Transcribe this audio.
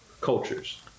cultures